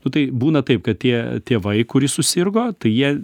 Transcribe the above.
nu tai būna taip kad tie tėvai kuris susirgo tai jie